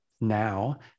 now